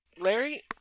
Larry